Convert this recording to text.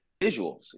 visuals